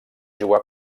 jugar